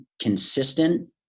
consistent